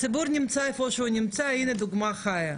הציבור נמצא איפה שהוא נמצא, הנה דוגמה חיה,